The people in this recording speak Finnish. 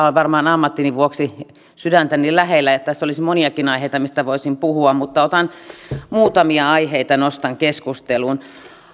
on varmaan ammattini vuoksi sydäntäni lähellä ja tässä olisi moniakin aiheita mistä voisin puhua mutta muutamia aiheita nostan keskusteluun